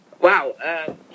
Wow